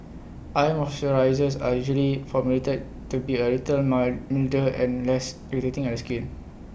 eye moisturisers are usually formulated to be A little milder and less irritating A skin